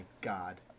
God